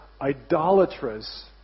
idolatrous